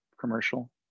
commercial